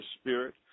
Spirit